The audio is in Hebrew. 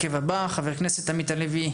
בהרכב הבא: חבר הכנסת עמית הלוי